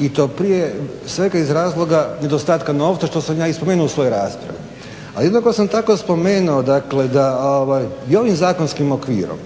i to prije svega iz razloga nedostatka novca što sam ja i spomenuo u svojoj raspravi. A jednako sam tako spomenuo dakle da i ovim zakonskim okvirom